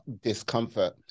discomfort